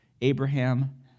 Abraham